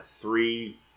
three